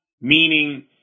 meaning